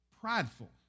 prideful